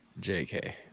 JK